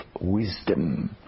wisdom